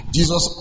Jesus